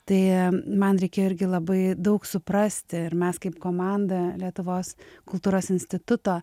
tai man reikėjo irgi labai daug suprasti ir mes kaip komanda lietuvos kultūros instituto